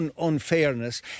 unfairness